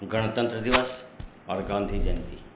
गणतन्त्र दिवस आओर गान्धी जयन्ती